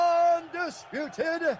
undisputed